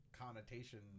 connotation